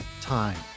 time